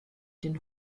den